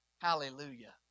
Hallelujah